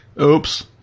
oops